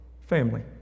Family